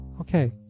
Okay